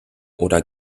oder